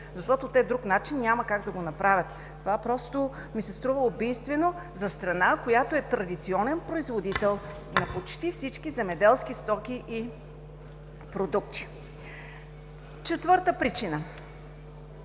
защото по друг начин няма как да го направят. Това ми се струва убийствено за страна, която е традиционен производител на почти всички земеделски стоки и продукти. Четвърта причина